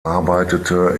arbeitete